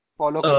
follow